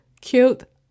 cute